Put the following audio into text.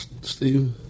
Steve